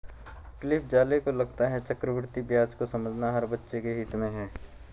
Cliff Zale को लगता है चक्रवृद्धि ब्याज को समझना हर बच्चे के हित में है